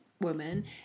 woman